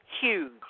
huge